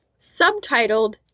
subtitled